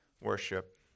worship